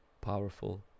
Powerful